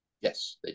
Yes